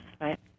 right